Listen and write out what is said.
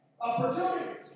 opportunities